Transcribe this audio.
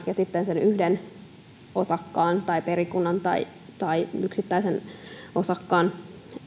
ja sitten sen yhden osakkaan tai perikunnan tai tai perikunnan yksittäisen osakkaan